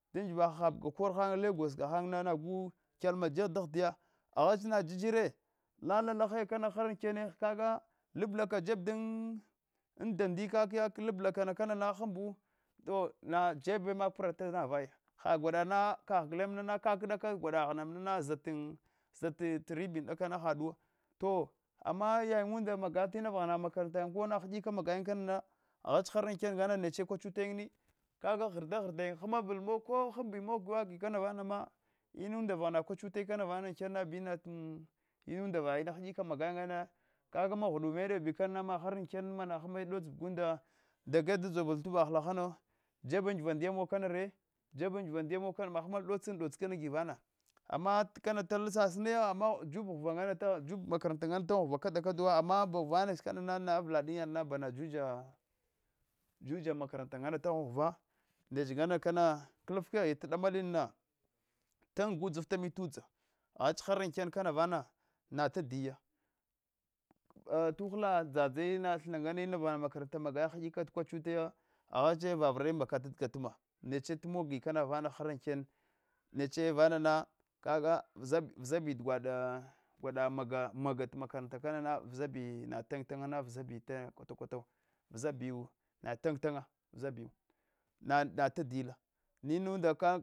Dan giva handant buga kar han lagos gahan nagu kyalma jeb dahchiya kama mahar ankena aghachna nadirjire lala lalaaya kama nahar ankema kaga lablaka jeb dan dandi kak ya lablaka hinbu to najeb mak prata navaya ha gwada na kaghun gulen kakdaka gwada gha namna zhantan zhata ribi dakana haguwa to ama noyin nda maga tina va makaranta yin kona hidik magayin aghachj har ankana nache kwachutayin kaga ghuda ghrdayin hmbul mos ko hudi mogh wa gikana vanama inunda inunda vaghana kwachutar kama vama ma anken bina an inunda va ina hadiva mageyin ama kaga ma ghudume dobi kema vana mahar anken manna hini dota bugunda dagai da dsove tu uvaha lahano jef angiva ndiya mamnure jef angwa ndiya mahamal dotsin dots ki kanava ama kana tal sasinaya jubu ghuva jub makaranta kada kadawa taghan ghuwa ama bagwa vaya ah kana na avlanchai yadina ba juja makaranta ama taghhan ghuva neche ngana kana klf keghe damalina tan gurdzifta mi tudza aghach har awken kana vana natadiya a tukula dzadzai ina thinna ngome inava makaranta magayin hadik a neche kwarachutai agheche vavri mbakata tgatkama neche tamogi kema vana na har auken neche vanana kaga vzabi vzabi gwada gwada gwada maga maga makaranata kana natintiya natintiya vzabi vzabi taya ana kwate twatawa natentiya vzabiwo vzabiwo natadiyala munda kaga